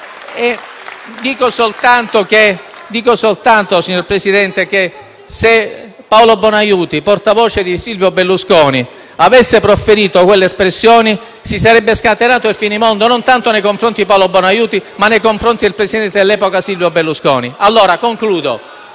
Dico soltanto, signor Presidente, che, se Paolo Bonaiuti, portavoce di Silvio Berlusconi, avesse proferito quelle espressioni, si sarebbe scatenato il finimondo, non tanto nei confronti di Paolo Bonaiuti ma nei confronti del presidente dell'epoca Silvio Berlusconi. *(Commenti dal